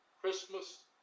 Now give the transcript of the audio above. Christmas